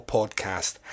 Podcast